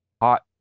hot